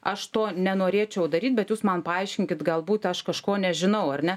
aš to nenorėčiau daryt bet jūs man paaiškinkit galbūt aš kažko nežinau ar ne